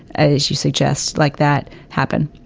as you suggest like that happen